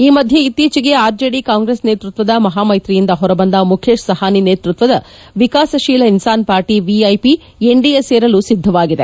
ಈ ಮಧ್ಯೆ ಇತ್ತೀಚೆಗೆ ಆರ್ಜೆಡಿ ಕಾಂಗ್ರೆಸ್ ನೇತೃತ್ವದ ಮಹಾಮ್ಕೆತ್ರಿಯಿಂದ ಹೊರಬಂದ ಮುಖೇಶ್ ಸಹಾನಿ ನೇತೃತ್ವದ ವಿಕಾಸಶೀಲ ಇನ್ಸಾನ್ ಪಾರ್ಟಿ ವಿಐಪಿ ಎನ್ ಡಿಎ ಸೇರಲು ಸಿದ್ದವಾಗಿದೆ